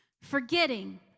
forgetting